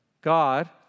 God